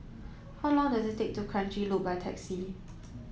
how long does it take to Kranji Loop by taxi